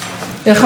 איך אמר ז'בוטינסקי?